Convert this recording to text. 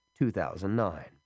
2009